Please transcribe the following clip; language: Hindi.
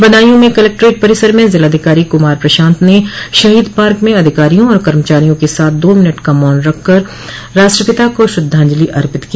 बदायू में कलेक्ट्रेट परिसर में जिलाधिकारी क्मार प्रशांत ने शहीद पार्क में अधिकारियों और कर्मचारियों के साथ दो मिनट का मौन रख राष्ट्रपिता को श्रद्धांजलि अर्पित की